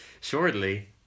shortly